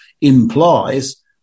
implies